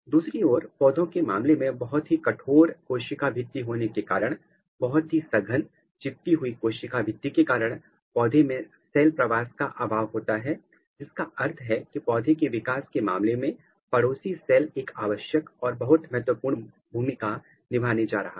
दूसरी ओर पौधों के मामले में बहुत ही कठोर कोशिका भित्ति होने के कारण बहुत ही सघन चिपकी हुई कोशिका भित्ति के कारण पौधे में सेल प्रवास का अभाव होता है जिसका अर्थ है कि पौधे के विकास के मामले में पड़ोसी सेल एक आवश्यक और बहुत महत्वपूर्ण भूमिका निभाने जा रहा है